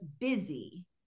busy